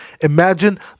Imagine